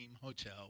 hotel